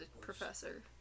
professor